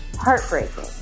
heartbreaking